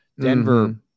Denver